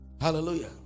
Hallelujah